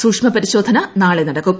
സൂക്ഷ്മ പരിശോധന നാളെ നടക്കും